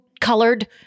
colored